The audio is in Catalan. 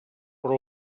però